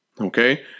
Okay